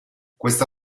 questa